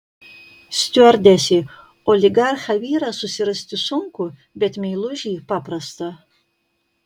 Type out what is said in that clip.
stiuardesė oligarchą vyrą susirasti sunku bet meilužį paprasta